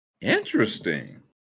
Interesting